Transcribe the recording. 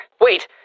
Wait